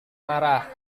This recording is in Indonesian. marah